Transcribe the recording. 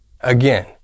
Again